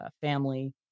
family